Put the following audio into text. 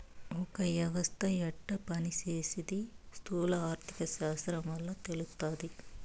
ఒక యవస్త యెట్ట పని సేసీది స్థూల ఆర్థిక శాస్త్రం వల్ల తెలస్తాది